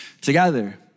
together